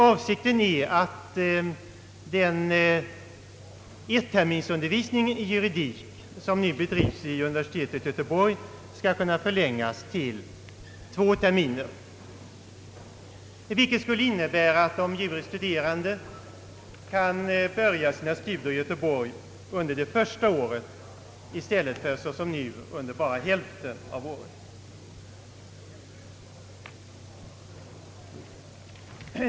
Avsikten är att den enterminsundervisning i juridik som nu bedrivs vid universitetet i Göteborg skall kunna förlängas till två terminer. Detta skulle innebära att juris studerande kan bedriva sina studier i Göteborg under heia första året i stället för som nu under bara hälften av året.